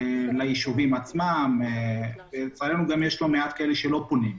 לישובים עצמם ויש גם לא מעט לצערנו שלא פונים.